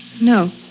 No